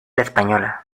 española